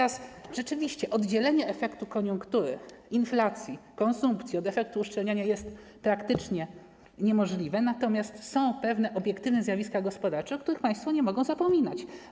Rzeczywiście oddzielenie efektu koniunktury, inflacji, konsumpcji od efektu uszczelnienia jest praktycznie niemożliwe, natomiast są pewne obiektywne zjawiska gospodarcze, o których państwo nie mogą zapominać.